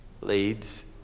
leads